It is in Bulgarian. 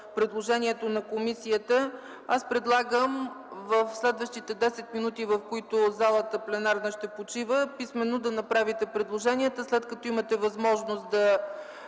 предложението на комисията, аз предлагам в следващите 10 минути, в които пленарната зала ще почива, писмено да направите предложенията, след като имате възможност да